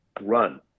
run